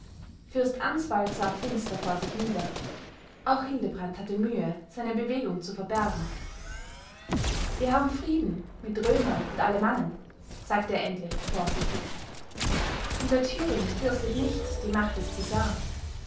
fürst answald sah finster vor sich nieder auch hildebrand hatte mühe seine bewegung zu verbergen wir haben frieden mit römern und alemannen sagte er endlich vorsichtig und der thüring fürchtet nicht die macht des cäsar